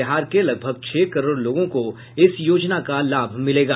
बिहार के लगभग छह करोड़ लोंगों को इस योजना का लाभ मिलेगा